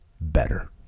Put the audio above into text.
better